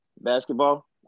Basketball